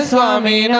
Swami